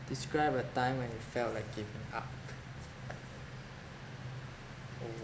describe a time when you felt like giving up oh